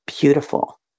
beautiful